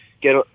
get